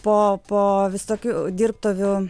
po po visokių dirbtuvių